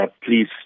Please